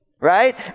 right